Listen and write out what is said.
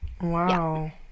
Wow